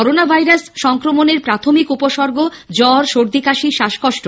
corona virus সংক্রমণের প্রাথমিক উপসর্গ জ্বর সর্দিকাশি শ্বাসকষ্ট